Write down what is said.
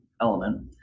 element